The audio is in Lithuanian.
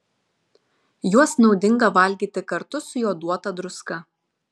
juos naudinga valgyti kartu su joduota druska